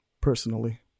personally